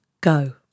go